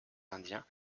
indiens